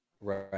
Right